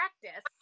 practice